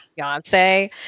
Beyonce